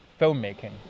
filmmaking